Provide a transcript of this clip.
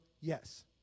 Yes